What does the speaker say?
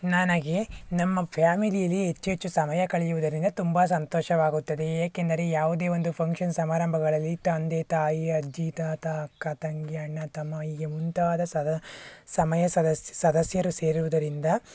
ನನಗೆ ನಮ್ಮ ಫ್ಯಾಮಿಲಿಯಲ್ಲಿ ಹೆಚ್ಚು ಹೆಚ್ಚು ಸಮಯ ಕಳೆಯುವುದರಿಂದ ತುಂಬ ಸಂತೋಷವಾಗುತ್ತದೆ ಏಕೆಂದರೆ ಯಾವುದೇ ಒಂದು ಫಂಕ್ಷನ್ ಸಮಾರಂಭಗಳಲ್ಲಿ ತಂದೆ ತಾಯಿ ಅಜ್ಜಿ ತಾತ ಅಕ್ಕ ತಂಗಿ ಅಣ್ಣ ತಮ್ಮ ಹೀಗೇ ಮುಂತಾದ ಸದಾ ಸಮಯ ಸದಸ್ ಸದಸ್ಯರು ಸೇರುವುದರಿಂದ